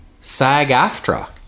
SAG-AFTRA